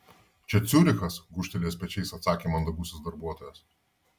čia ciurichas gūžtelėjęs pečiais atsakė mandagusis darbuotojas